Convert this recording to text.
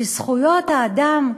שזכויות האדם,